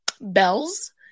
bells